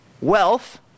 wealth